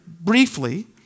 briefly